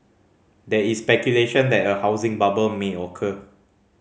there is speculation that a housing bubble may occur